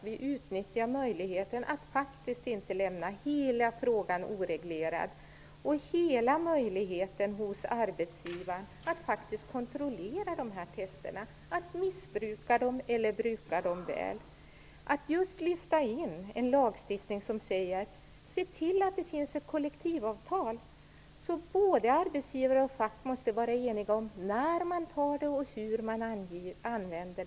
Vi borde inte låta arbetsgivaren ha möjlighet att faktiskt kontrollera dessa tester för att sedan missbruka dem eller bruka dem väl. Det borde finnas en lagstiftning där det sägs att det skall finnas ett kollektivavtal om att både arbetsgivare och fack måste vara eniga om när testet skall tas och hur det skall användas.